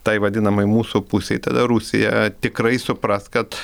tai vadinamai mūsų pusei tada rusija tikrai supras kad